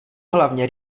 hlavně